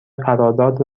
قرارداد